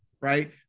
right